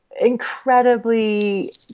incredibly